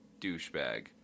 douchebag